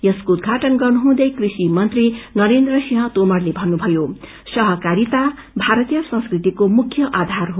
यसको उद्घाटन गर्नुहुँदै कृषि मंत्री नरेन्द्र सिंह तोमरले भन्नुभयो संहकारिता भारतीय संस्कृतिको मुख्य आधार हो